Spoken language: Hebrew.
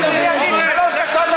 אדוני, זה באמת לא ייתכן.